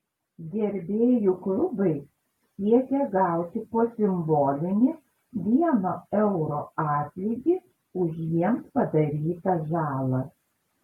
gerbėjų klubai siekia gauti po simbolinį vieno euro atlygį už jiems padarytą žalą